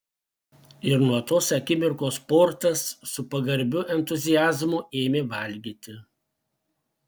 ir nuo tos akimirkos portas su pagarbiu entuziazmu ėmė valgyti